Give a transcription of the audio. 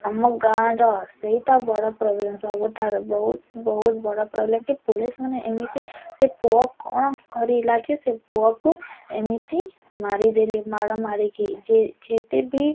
ଆମ ଗାଁର ସେଇଟା ବଡ଼ ପ୍ରୋବ୍ଲେମ୍ ସବୁଠାରୁ ବହୁତ ବହୁତ ବଡ଼ ପ୍ରୋବ୍ଲେମ୍ କି ପୋଲିସ୍ ମାନେ ଏମିତି ସେ ପୁଅ କ'ଣ କରିଲା ଯେ ସେ ପୁଅକୁ ଏମିତି ମାରିଦେଲେ ମାଡ଼ ମାରିକି ଯେ ଯେତେ ବି